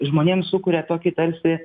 žmonėms sukuria tokį tarsi